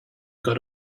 got